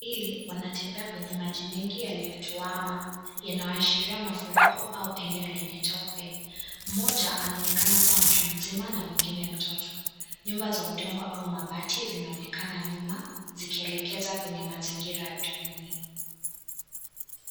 Hili wanatembea kwenye maji mingi yaliyotowama , yanaashiria mafuriko au eneo lenye tope. Mmoja anaonekana akiwa kuwa mtu mzima na mwingine mtoto. Nyumba za udongo au mabati zinaonekana nyuma zikielekeza kwenye mazingira duni.